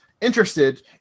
interested